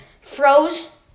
froze